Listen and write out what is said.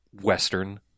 Western